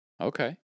okay